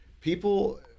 People